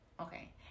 Okay